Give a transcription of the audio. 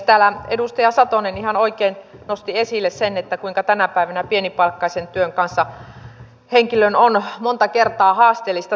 täällä edustaja satonen ihan oikein nosti esille sen kuinka tänä päivänä pienipalkkaisen työn kanssa henkilön on monta kertaa haasteellista selvitä